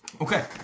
Okay